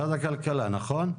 משרד הכלכלה, נכון?